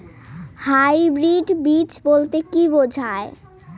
Hybrid বীজ বলতে কী বোঝায়?